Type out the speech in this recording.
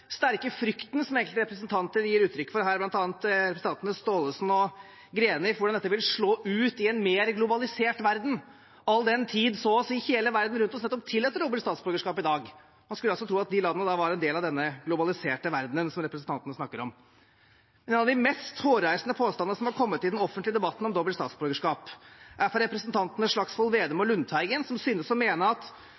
sterke frykten som enkelte representanter gir uttrykk for her, bl.a. representantene Gåsemyr Staalesen og Greni, for hvordan dette vil slå ut i en mer globalisert verden, all den tid så å si hele verden rundt oss nettopp tillater dobbelt statsborgerskap i dag. Man skulle altså tro at de landene var en del av denne globaliserte verdenen som representantene snakker om. En av de mest hårreisende påstandene som er kommet i den offentlige debatten om dobbelt statsborgerskap, er fra representantene Slagsvold Vedum